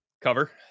cover